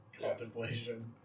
contemplation